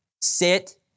Sit